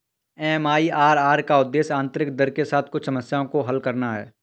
MIRR का उद्देश्य आंतरिक दर के साथ कुछ समस्याओं को हल करना है